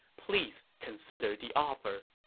please consider the offer.